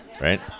right